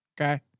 Okay